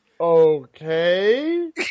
okay